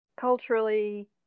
culturally